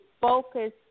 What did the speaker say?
focus